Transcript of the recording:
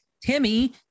timmy